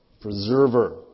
Preserver